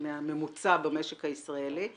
טוב מהממוצע במשק הישראלי.